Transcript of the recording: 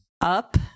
up